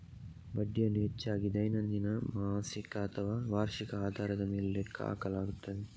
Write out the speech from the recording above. ಬಡ್ಡಿಯನ್ನು ಹೆಚ್ಚಾಗಿ ದೈನಂದಿನ, ಮಾಸಿಕ ಅಥವಾ ವಾರ್ಷಿಕ ಆಧಾರದ ಮೇಲೆ ಲೆಕ್ಕ ಹಾಕಲಾಗುತ್ತದೆ